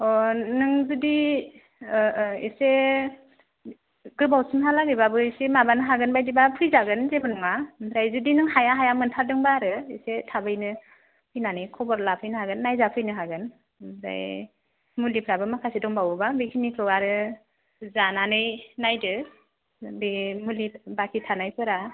अ नों जुदि एसे गोबावसिमहालागैब्लाबो एसे माबानो हागोन बायदिब्ला फैजागोन जेबो नङा ओमफ्राय जुदि नों हाया हाया मोनथारदोंब्ला आरो एसे थाबैनो फैनानै खबर लाफैनो हागोन नायजाफैनो हागोन ओमफ्राय मुलिफ्राबो माखासे दंबावो बेखिनिखौ आरो जानानै नायदो बे मुलि बाखि थानायफोरा